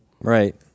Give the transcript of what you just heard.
Right